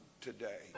today